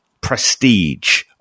prestige